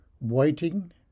Waiting